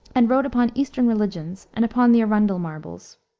and wrote upon eastern religions, and upon the arundel marbles.